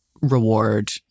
reward